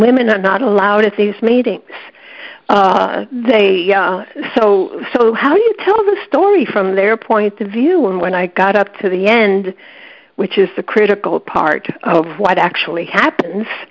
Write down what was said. women are not allowed at these meetings they so so how do you tell the story from their point of view when when i got up to the end which is a critical part of what actually happens